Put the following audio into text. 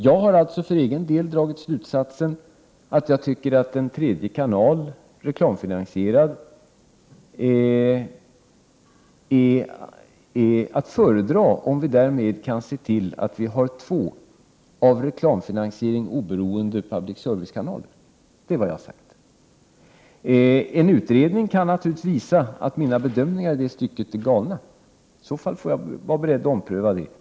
Jag har för egen del dragit slutsatsen att en tredje kanal, reklamfinansierad, är att föredra om vi därmed kan se till att vi har två av reklamfinansiering oberoende public service-kanaler. En utredning kan naturligtvis visa att mina bedömningar i detta stycke är galna. I så fall får jag vara beredd att ompröva dem.